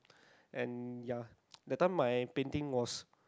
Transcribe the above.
and ya that time my painting was